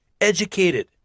educated